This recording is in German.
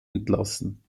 entlassen